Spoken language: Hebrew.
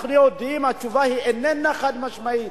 אנחנו יודעים, התשובה איננה חד-משמעית.